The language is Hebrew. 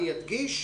אני אדגיש,